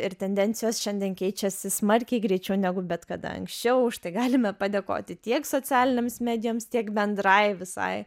ir tendencijos šiandien keičiasi smarkiai greičiau negu bet kada anksčiau už tai galime padėkoti tiek socialinėms medijoms tiek bendrai visai